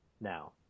now